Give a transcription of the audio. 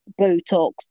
Botox